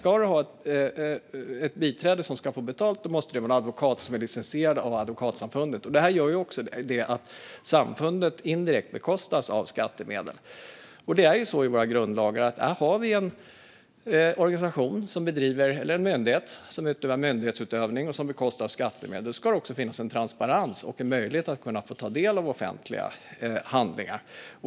Ska du ha ett biträde som ska få betalt måste det vara en advokat som är licensierad av Advokatsamfundet. Det gör att samfundet indirekt bekostas av skattemedel. Enligt våra grundlagar ska det för en organisation eller myndighet som ägnar sig åt myndighetsutövning och som bekostas av skattemedel också finnas en transparens och möjlighet att få ta del av offentliga handlingar.